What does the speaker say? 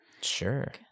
sure